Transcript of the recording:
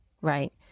right